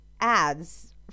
ads